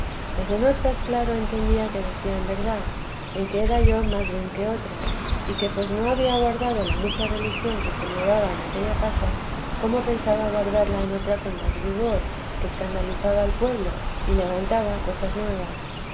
mas en otras claro entendía que decían verdad en que era yo más ruin que otras y que pues no había guardado la mucha religión que se llevaba en aquella casa cómo pensaba guardarla en otra con más rigor que escandalizaba el pueblo y levantaba cosas nuevas